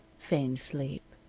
feigned sleep.